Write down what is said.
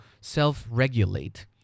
self-regulate